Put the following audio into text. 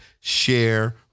share